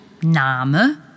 Name